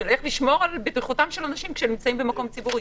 איך נשמור על בטיחותם של אנשים כשהם נמצאים במקום ציבורי?